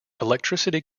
electricity